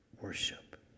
worship